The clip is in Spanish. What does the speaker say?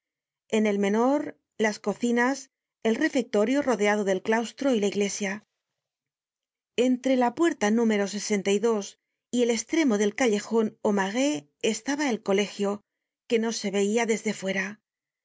en el menor las cocinas el refectorio rodeado del claustro y la iglesia entre la puerta número y el estremo del callejon au marais estaba el colegio que no se veia desde fuera